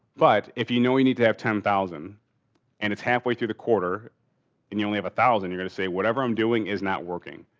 but if you know you need to have ten thousand and it's halfway through the quarter and you only have a thousand you're gonna say whatever i'm doing is not working.